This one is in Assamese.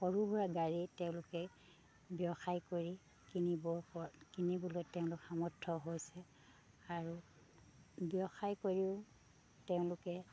সৰু সুৰা গাড়ী তেওঁলোকে ব্যৱসায় কৰি কিনিব কিনিবলৈ তেওঁলোক সামৰ্থ হৈছে আৰু ব্যৱসায় কৰিও তেওঁলোকে